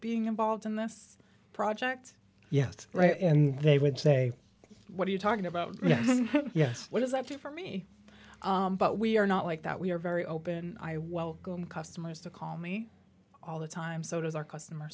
being involved in this project yes right and they would say what are you talking about yes what does that do for me but we are not like that we are very open i welcome customers to call me all the time so does our customer